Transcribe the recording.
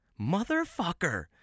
motherfucker